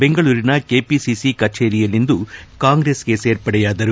ಬೆಂಗಳೂರಿನ ಕೆಪಿಸಿಸಿ ಕಚೇರಿಯಲ್ಲಿಂದು ಕಾಂಗ್ರೆಸ್ ಸೇರ್ಪಡೆಯಾದರು